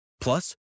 Plus